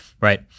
right